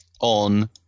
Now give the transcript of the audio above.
on